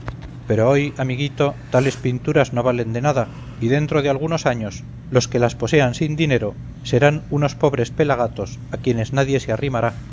pero hoy amiguito tales pinturas no valen de nada y dentro de algunos años los que las posean sin dinero serán unos pobres pelagatos a quienes nadie se arrimará